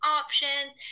options